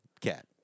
cat